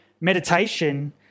meditation